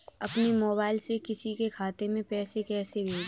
अपने मोबाइल से किसी के खाते में पैसे कैसे भेजें?